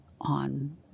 on